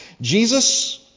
Jesus